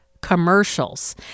commercials